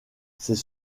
c’est